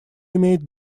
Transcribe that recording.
имеет